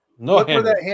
No